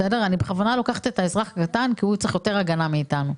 אני בכוונה לוקחת את האזרח הקטן כי הוא צריך יותר הגנה מאיתנו.